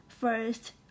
First